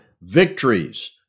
victories